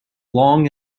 long